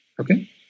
okay